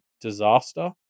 disaster